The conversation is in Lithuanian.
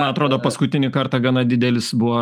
man atrodo paskutinį kartą gana didelis buvo